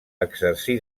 exercí